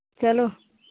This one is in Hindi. चलो